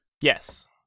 Yes